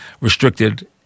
restricted